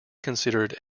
considered